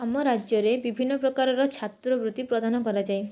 ଆମ ରାଜ୍ୟରେ ବିଭିନ୍ନ ପ୍ରକାର ଛାତ୍ରବୃତ୍ତି ପ୍ରଦାନ କରାଯାଏ